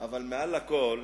הוא שואל: